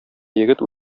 егет